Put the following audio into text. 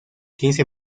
quince